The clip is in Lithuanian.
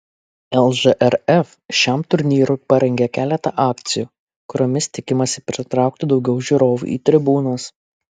lžrf šiam turnyrui parengė keletą akcijų kuriomis tikimasi pritraukti daugiau žiūrovų į tribūnas